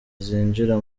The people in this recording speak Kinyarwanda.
zinjira